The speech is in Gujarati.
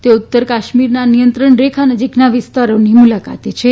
તેઓ ઉત્તર કાશ્મીરના નિયંત્રણ રેખા નજીકના વિસ્તારોની મુલાકાતે છે